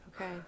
Okay